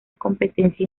competencia